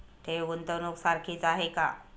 ठेव, गुंतवणूक सारखीच आहे का?